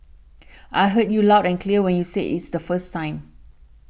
I heard you loud and clear when you said it the first time